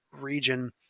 region